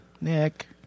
Nick